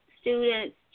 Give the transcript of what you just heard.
students